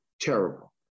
terrible